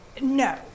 No